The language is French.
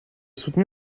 soutenu